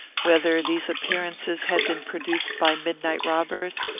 whether these appearances had been produced by midnight robbers,